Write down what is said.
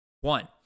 one